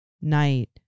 night